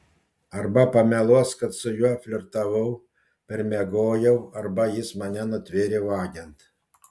arba pameluos kad su juo flirtavau permiegojau arba jis mane nutvėrė vagiant